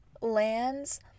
lands